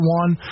one